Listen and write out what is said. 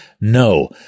No